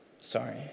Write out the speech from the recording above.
Sorry